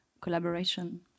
collaboration